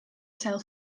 sell